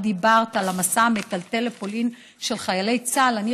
את דיברת על המסע המטלטל לפולין של חיילי צה"ל.